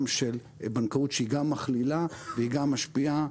של בנקאות שהיא גם מכלילה וגם משפיעה,